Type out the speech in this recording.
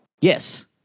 yes